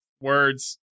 words